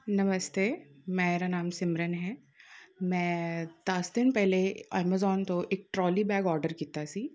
ਨਮਸਤੇ ਮੇਰਾ ਨਾਮ ਸਿਮਰਨ ਹੈ ਮੈਂ ਦਸ ਦਿਨ ਪਹਿਲੇ ਐਮਜ਼ੋਨ ਤੋਂ ਇੱਕ ਟਰੋਲੀ ਬੈਗ ਔਡਰ ਕੀਤਾ ਸੀ